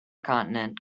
continent